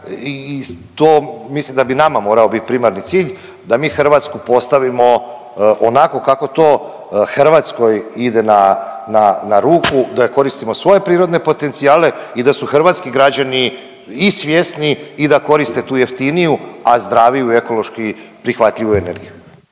i to mislim da bi nama morao biti primarni cilj da mi Hrvatsku postavimo onako kako to Hrvatskoj ide na ruku, da koristimo svoje prirodne potencijale i da su hrvatski građani i svjesni i da koriste tu jeftiniju, a zdraviju ekološki prihvatljivu energiju.